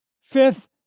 Fifth